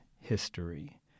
history